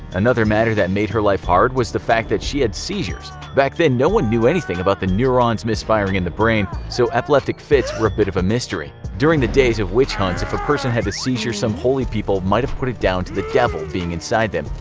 another matter that made her life hard was the fact she had seizures. back then no one knew anything about neurons misfiring in the brain, so epileptic fits were a bit of mystery. during the days of witch hunts if a person had a seizure some holy people might have put it down to the devil being inside them,